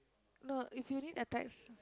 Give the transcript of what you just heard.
no if you need a tight